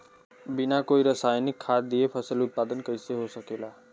बिना कोई रसायनिक खाद दिए फसल उत्पादन कइसे हो सकेला?